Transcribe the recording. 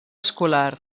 escolar